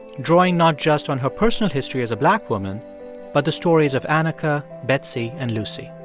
drawing not just on her personal history as a black woman but the stories of anarcha, betsey and lucy.